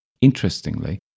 Interestingly